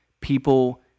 people